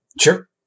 Sure